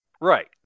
Right